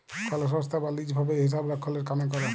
call সংস্থায় বা lease ভাবে হিসাবরক্ষলের কামে ক্যরে